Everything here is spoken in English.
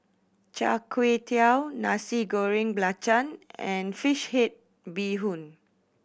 Char Kway Teow Nasi Goreng Belacan and fish head bee hoon